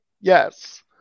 Yes